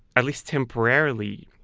at least temporarily,